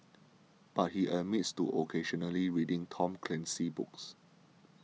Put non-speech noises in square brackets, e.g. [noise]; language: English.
but he admits to occasionally reading Tom [noise] Clancy books